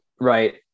right